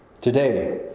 Today